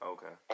Okay